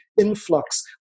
influx